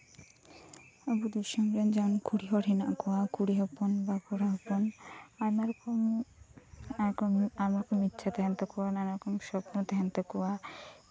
ᱟᱵᱚ ᱫᱤᱥᱚᱢ ᱨᱮ ᱡᱟᱦᱟᱸᱭ ᱠᱩᱲᱤ ᱦᱚᱲ ᱦᱮᱱᱟᱜ ᱠᱚᱣᱟ ᱠᱩᱲᱤ ᱦᱚᱯᱚᱱ ᱵᱟ ᱠᱚᱲᱟ ᱦᱚᱯᱚᱱ ᱟᱭᱢᱟ ᱨᱚᱠᱚᱢ ᱟᱨᱠᱚ ᱤᱪᱪᱷᱟᱹ ᱛᱟᱦᱮᱱ ᱛᱟᱠᱚᱣᱟ ᱱᱟᱱᱟ ᱨᱚᱠᱚᱢ ᱥᱚᱯᱱᱚ ᱛᱟᱦᱮᱱ ᱛᱟᱠᱚᱣᱟ